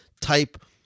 type